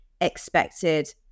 expected